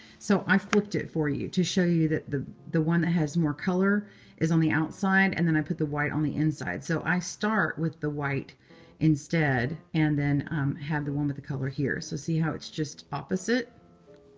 so i flipped it for you to show you that the the one that has more color is on the outside, and then i put the white on the inside. so i start with the white instead and then have the one with the color here. so see how it's just opposite?